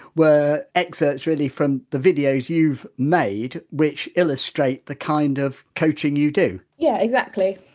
were exerts really from the videos you've made, which illustrate the kind of coaching you do? yeah exactly!